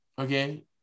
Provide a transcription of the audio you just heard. Okay